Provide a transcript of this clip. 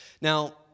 Now